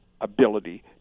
ability